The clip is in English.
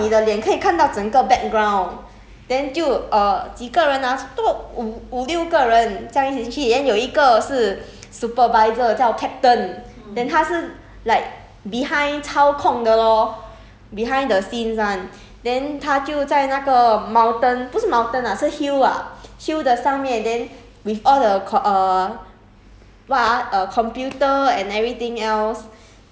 前面跟后面 hor then 你有灯的 mah then 你可以看到你的脸可以看到整个 background then 就 err 几个人 ah 差不多五五六个人这样一起进去 then 有一个是 supervisor 叫 captain then 他是 like behind 操控的 lor behind the scenes [one] then 他就在那个 mountain 不是 mountain ah 是 hill ah hill 的上面 then with all the co~ err